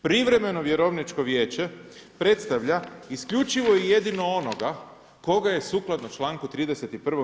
Privremeno vjerovničko vijeće predstavlja isključivo i jedino onoga koga je sukladno članku 31.